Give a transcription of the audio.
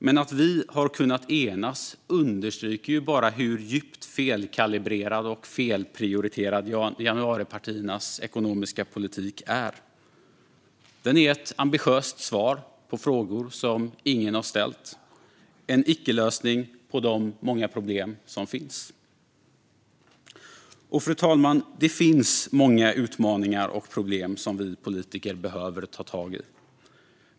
Men att vi kunnat enas understryker bara hur djupt felkalibrerad och felprioriterad januaripartiernas ekonomiska politik är. Den är ett ambitiöst svar på frågor som ingen har ställt och en icke-lösning på de många problem som finns. Fru talman! Det finns många utmaningar och problem som vi politiker behöver ta tag i.